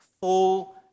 full